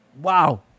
wow